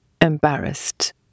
embarrassed